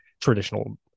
traditional